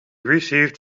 received